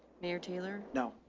mayor taylor? no.